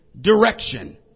direction